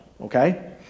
okay